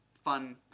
Fun